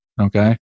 Okay